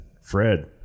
fred